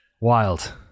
Wild